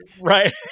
right